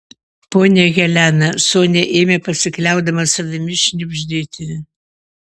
ponia helena sonia ėmė pasikliaudama savimi šnibždėti